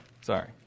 sorry